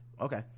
okay